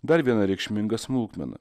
dar viena reikšminga smulkmena